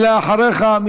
ואחריך,